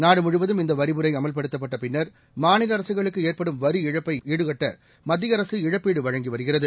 நாடு முழுவதும் இந்த வரிமுறை அமல்படுத்தப்பட்ட பின்னர் மாநில அரசுகளுக்கு ஏற்படும் வரி இழப்பை ஈடுபட்ட மத்திய அரசு இழப்பீடு வழங்கி வருகிறது